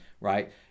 right